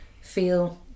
feel